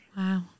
Wow